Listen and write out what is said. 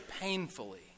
painfully